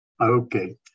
Okay